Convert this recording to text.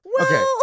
Okay